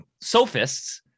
sophists